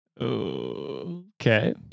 Okay